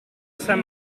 saint